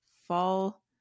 fall